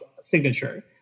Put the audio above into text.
Signature